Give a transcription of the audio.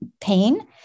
pain